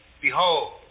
Behold